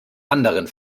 anderen